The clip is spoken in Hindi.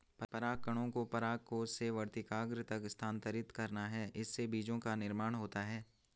परागकणों को परागकोश से वर्तिकाग्र तक स्थानांतरित करना है, इससे बीजो का निर्माण होता है